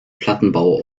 plattenbau